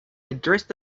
addressed